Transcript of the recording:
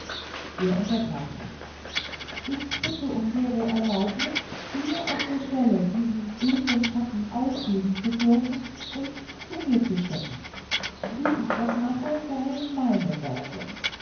er unterbrach mich ich erbitte mir nur dero erlaubnis hier auf der stelle diesen edlen schatten aufheben zu dürfen und zu mir zu stecken wie ich das mache sei meine sorge